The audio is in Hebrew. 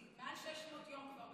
היא מעל 600 יום כבר